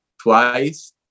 twice